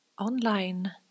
online